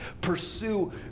Pursue